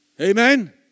Amen